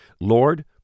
Lord